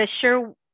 sure